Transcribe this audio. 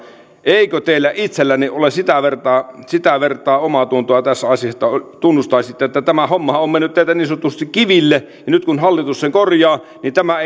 eikö teillä itsellänne ole sitä vertaa sitä vertaa omaatuntoa tässä asiassa että tunnustaisitte että tämä hommahan on mennyt teiltä niin sanotusti kiville ja nyt kun hallitus sen korjaa niin tämä